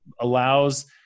allows